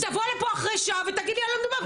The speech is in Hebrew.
תבוא לפה אחרי שעה ותגיד לי על מה מדובר.